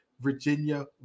Virginia